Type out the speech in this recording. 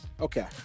Okay